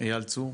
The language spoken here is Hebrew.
אייל צור.